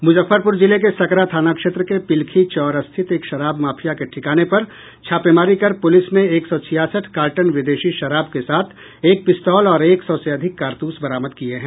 मुजफ्फरपुर जिले के सकरा थाना क्षेत्र के पिल्खी चौर स्थित एक शराब माफिया के ठिकाने पर छापेमारी कर पुलिस ने एक सौ छियासठ कार्टन विदेशी शराब के साथ एक पिस्तौल और एक सौ से अधिक कारतूस बरामद किये हैं